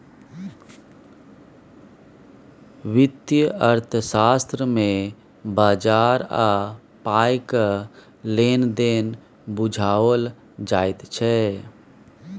वित्तीय अर्थशास्त्र मे बजार आ पायक लेन देन बुझाओल जाइत छै